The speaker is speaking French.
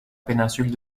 péninsule